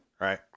right